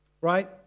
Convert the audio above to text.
right